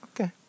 Okay